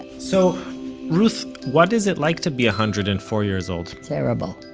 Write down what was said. so ruth, what is it like to be a hundred and four years old? terrible.